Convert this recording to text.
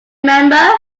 member